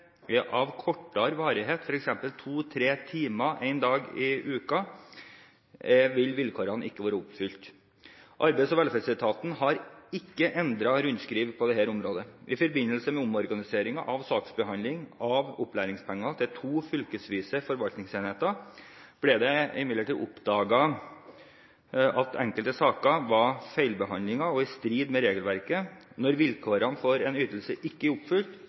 av kortere varighet, f.eks. 2–3 timer én dag i uken, vil vilkårene ikke være oppfylt. Arbeids- og velferdsetaten har ikke endret sine rundskriv på dette området. I forbindelse med omorganiseringen av saksbehandlingen av opplæringspenger til to fylkesvise forvaltningsenheter, ble det imidlertid oppdaget at det i enkelte saker hadde skjedd feilbehandlinger – i strid med regelverket. Når vilkårene for en ytelse ikke er oppfylt,